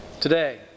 Today